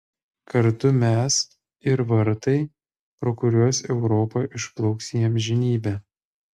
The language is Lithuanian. kartu mes ir vartai pro kuriuos europa išplauks į amžinybę